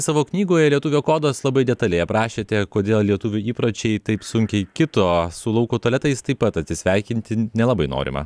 savo knygoje lietuvio kodas labai detaliai aprašėte kodėl lietuvių įpročiai taip sunkiai kito su lauko tualetais taip pat atsisveikinti nelabai norima